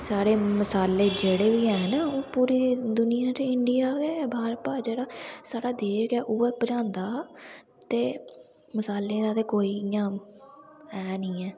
सारे मसाले जेह्डे़ बी हैन ओह् पूरी दुनिया च इंडिया ते बाहर जेह्ड़ा देश ऐ जेह्ड़ा उ'ऐ पंजादा हा ते मसाले दा ते कोई इ'यां ऐ निं ऐ